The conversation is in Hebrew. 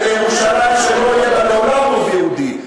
לירושלים שלא יהיה בה לעולם רוב יהודי.